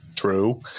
True